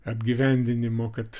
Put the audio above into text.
apgyvendinimo kad